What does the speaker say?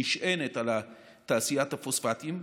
נשענת על תעשיית הפוספטים,